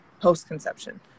post-conception